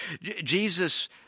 Jesus